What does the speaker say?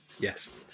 yes